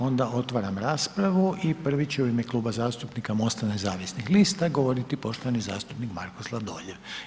Onda otvaram raspravu i prvi će u ime Klub zastupnika MOST-a Nezavisnih lista govoriti poštovani zastupnik Marko Sladoljev.